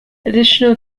additional